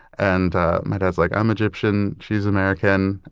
and ah my dad's like, i'm egyptian, she's american,